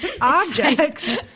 objects